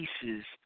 pieces